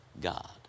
God